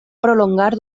prolongar